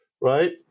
right